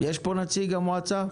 יש פה נציג של המועצה?